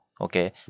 okay